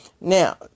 Now